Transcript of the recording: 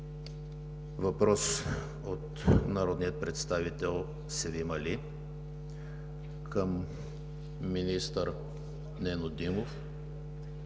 Въпрос от народния представител Севим Али към министър Нено Димов.